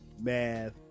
math